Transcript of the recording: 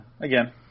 again